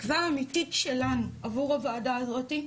התקווה האמיתית שלנו עבור הוועדה הזאת היא